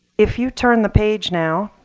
if you turn the page now,